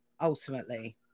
ultimately